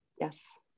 yes